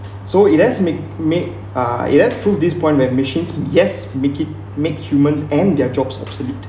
so it does make make uh it has to this point where machines yes make it make humans and their jobs obsolete